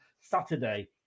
Saturday